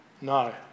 No